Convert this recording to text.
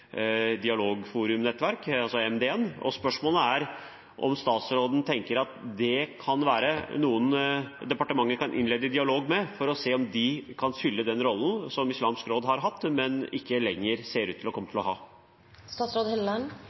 altså MDN, og spørsmålet er om statsråden tenker at det kan være noen som departementet kan innlede dialog med, for å se om de kan fylle den rollen som Islamsk Råd Norge har hatt, men ikke lenger ser ut til å komme til å ha.